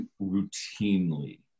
routinely